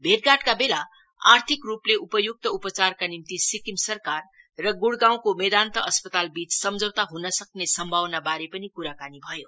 भेटघाटका बेला आर्थिक रूपले उपच्क्त उपचारका निम्ति सिक्किम सरकार र ग्डगाउँको मेदान्त अस्पतालदीय सम्झौता हनसक्ने सम्भावनाबारे पनि कुराकानी भयो